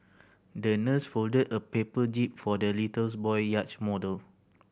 the nurse folded a paper jib for the little boy yacht model